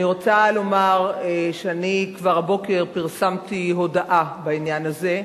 אני רוצה לומר שאני כבר הבוקר פרסמתי הודעה בעניין הזה.